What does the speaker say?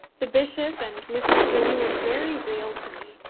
the bishop and mrs. proudie were very real to me,